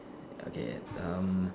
okay some